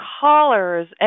callers